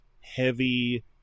heavy